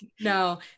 No